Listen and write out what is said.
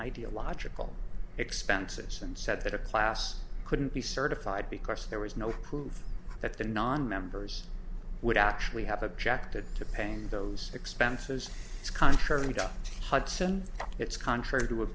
ideological expenses and said that a class couldn't be certified because there was no proof that the nonmembers would actually have objected to paying those expenses contrary to hudson it's contrary to